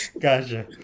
Gotcha